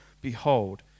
Behold